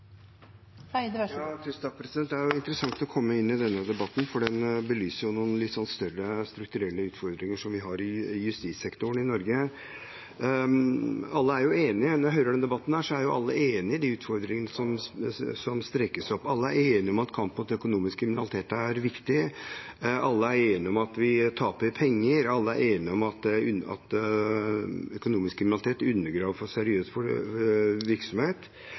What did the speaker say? Det er interessant å komme inn i denne debatten, for den belyser noen større strukturelle utfordringer som vi har i justissektoren i Norge. Alle er jo enige. Når jeg hører debatten, er alle enige om de utfordringene som strekes opp. Alle er enige om at kamp mot økonomisk kriminalitet er viktig. Alle er enige om at vi taper penger. Alle er enige om at økonomisk kriminalitet undergraver seriøs virksomhet,